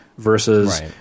versus